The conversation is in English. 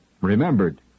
remembered